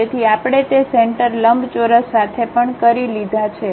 તેથી આપણે તે સેન્ટરલંબચોરસ સાથે પણ કરી લીધા છે